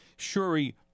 shuri